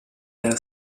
della